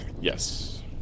Yes